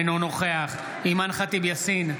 אינו נוכח אימאן ח'טיב יאסין,